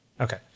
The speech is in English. Okay